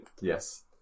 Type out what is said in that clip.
Yes